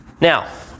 Now